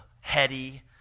heady